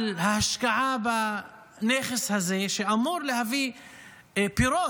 על ההשקעה בנכס הזה, שאמור להביא פירות,